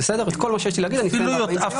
את כל מה שיש לי להגיד אסיים ב-40 שניות.